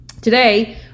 today